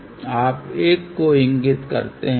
आप 1 को इगिंत करते हैं